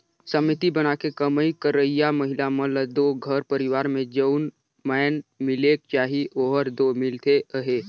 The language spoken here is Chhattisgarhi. समिति बनाके कमई करइया महिला मन ल दो घर परिवार में जउन माएन मिलेक चाही ओहर दो मिलते अहे